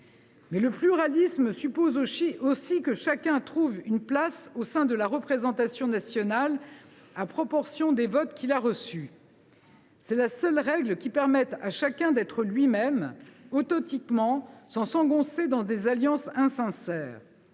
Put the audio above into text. Mais le pluralisme suppose aussi que chacun trouve une place au sein de la représentation nationale, à proportion des votes qu’il a reçus. C’est la seule règle qui permette à chacun d’être lui même authentiquement, sans s’engoncer dans des alliances insincères.